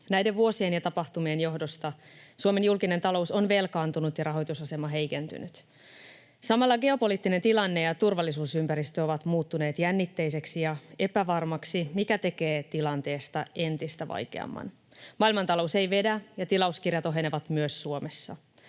Näiden vuosien ja tapahtumien johdosta Suomen julkinen talous on velkaantunut ja rahoitusasema heikentynyt. Samalla geopoliittinen tilanne ja turvallisuusympäristö ovat muuttuneet jännitteisiksi ja epävarmoiksi, mikä tekee tilanteesta entistä vaikeamman. Maailmantalous ei vedä, ja tilauskirjat ohenevat myös Suomessa.